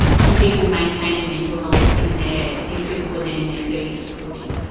to people maintaining mental health in their, these people were then in their thirty s to forty s.